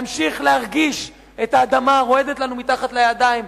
להמשיך להרגיש את האדמה הרועדת לנו מתחת לידיים,